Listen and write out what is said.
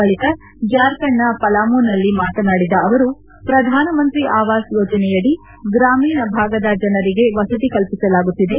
ಬಳಿಕ ಜಾರ್ಖಂಡ್ನ ಪಲಾಮುನಲ್ಲಿ ಮಾತನಾಡಿದ ಅವರು ಪ್ರಧಾನಮಂತ್ರಿ ಆವಾಸ್ ಯೋಜನೆಯಡಿ ಗ್ರಾಮೀಣ ಭಾಗದ ಜನರಿಗೆ ವಸತಿ ಕಲ್ಪಿಸಲಾಗುತ್ತಿದೆ